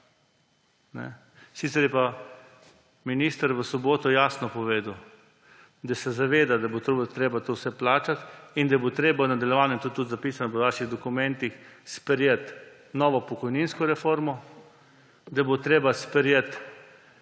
Sicer je pa minister v soboto jasno povedal, da se zaveda, da bo treba to vse plačevati in da bo treba v nadaljevanju – to je tudi zapisano v vaših dokumentih – sprejeti novo pokojninsko reformo, da bo treba sprejeti